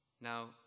Now